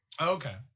Okay